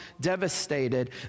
devastated